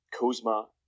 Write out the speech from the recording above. Kuzma